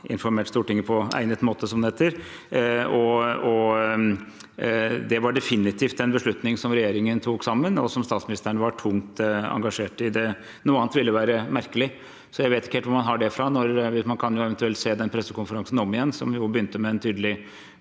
informert Stortinget på egnet måte, som det heter. Det var definitivt en beslutning regjeringen tok sammen, og som statsministeren var tungt engasjert i. Noe annet ville være merkelig. Jeg vet ikke helt hvor man har det fra. Man kan eventuelt se den pressekonferansen om igjen – den begynte jo med en tydelig